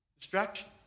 Distraction